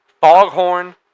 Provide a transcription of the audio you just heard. Foghorn